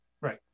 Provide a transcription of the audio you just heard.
Right